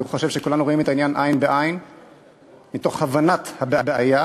אני חושב שכולנו רואים את העניין עין בעין מתוך הבנת הבעיה.